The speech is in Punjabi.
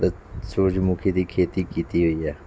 ਸੂਰਜਮੁਖੀ ਦੀ ਖੇਤੀ ਕੀਤੀ ਹੋਈ ਹੈ